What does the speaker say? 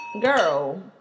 girl